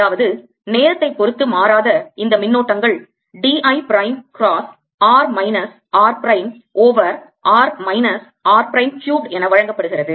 அதாவது நேரத்தைப் பொறுத்து மாறாத இந்த மின்னோட்டங்கள் d I prime cross r minus r prime over r minus r prime cubed என வழங்கப்படுகிறது